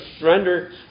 surrender